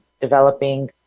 developing